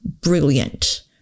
brilliant